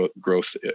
growth